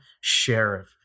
sheriff